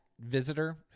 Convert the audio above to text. visitor